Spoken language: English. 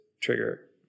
trigger